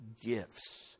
gifts